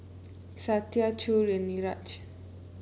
Satya Choor and Niraj